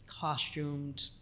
costumed